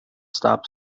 stop